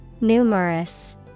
Numerous